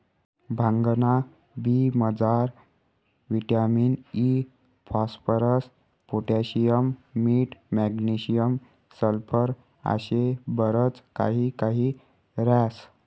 भांगना बी मजार विटामिन इ, फास्फरस, पोटॅशियम, मीठ, मॅग्नेशियम, सल्फर आशे बरच काही काही ह्रास